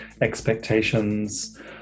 expectations